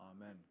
amen